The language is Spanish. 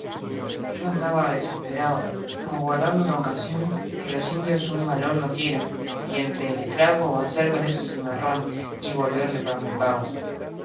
yo andaba desesperao aguardando una ocasión que los indios un malón nos dieran y entre el estrago hacérmeles cimarrón y volverme pa mi pago